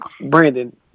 Brandon